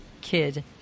kid